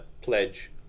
pledge